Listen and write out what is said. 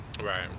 Right